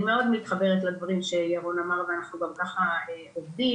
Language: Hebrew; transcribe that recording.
אני מאוד מתחברת לדברים שירון אמר ואנחנו גם ככה עובדים,